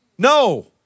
No